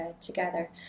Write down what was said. together